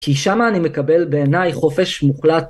כי שם אני מקבל בעיניי חופש מוחלט.